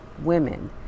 women